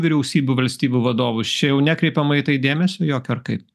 vyriausybių valstybių vadovus čia jau nekreipiama į tai dėmesio jokio ar kaip